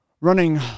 Running